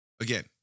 Again